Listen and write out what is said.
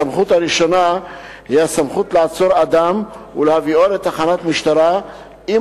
הסמכות ראשונה היא הסמכות לעצור אדם ולהביאו לתחנת משטרה אם